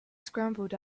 scrambled